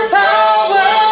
power